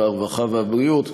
הרווחה והבריאות,